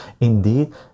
indeed